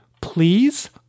please